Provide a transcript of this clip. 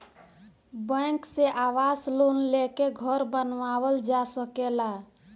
bank से आवास loan लेके घर बानावल जा सकेला